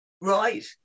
Right